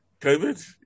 COVID